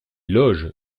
loges